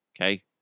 Okay